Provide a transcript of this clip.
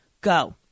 Go